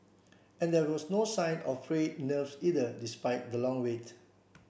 and there was no sign of frayed nerves either despite the long wait